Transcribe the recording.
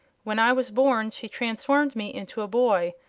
when i was born she transformed me into a boy,